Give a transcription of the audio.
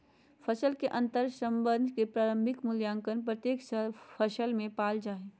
फसल के अंतर्संबंध के प्रारंभिक मूल्यांकन प्रत्येक फसल में पाल जा हइ